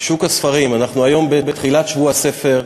שוק הספרים, אנחנו היום בתחילת שבוע הספר,